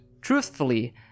Truthfully